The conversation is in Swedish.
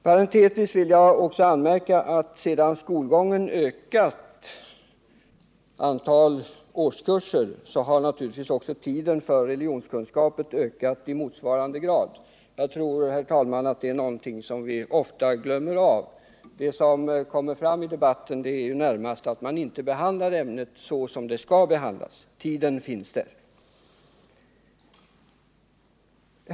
Parentetiskt vill jag göra den anmärkningen att sedan antalet årskurser ökat, har naturligtvis också tiden för ämnet religionskunskap ökat i motsvarande grad. Jag tror, herr talman, att det är någonting som vi ofta glömmer av i debatten. Vad som tas upp är att ämnet inte behandlas som det skall behandlas — tiden finns där.